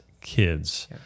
kids